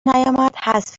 نیامد، حذف